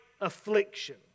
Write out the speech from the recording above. affliction